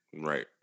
Right